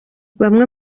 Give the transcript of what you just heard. bamwe